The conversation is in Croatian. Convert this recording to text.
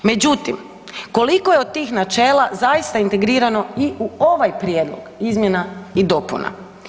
Međutim, koliko je od tih načela zaista integrirano i u ovaj prijedlog izmjena i dopuna?